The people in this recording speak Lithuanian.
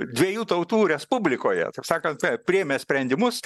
dviejų tautų respublikoje taip sakant taip priėmė sprendimus